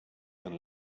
ten